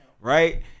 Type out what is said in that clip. right